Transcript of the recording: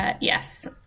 Yes